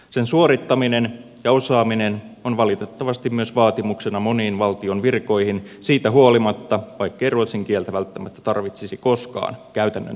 sen suorittaminen ja osaaminen on valitettavasti myös vaatimuksena moniin valtion virkoihin vaikkei ruotsin kieltä välttämättä tarvitsisi koskaan käytännön työtehtävissä